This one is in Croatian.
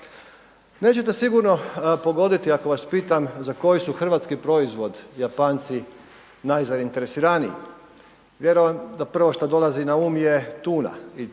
Nećete sigurno pogoditi ako vas pitam za koji su hrvatski proizvod Japanci najzainteresiraniji. Vjerojatno prvo što dolazi na um tuna i tuna je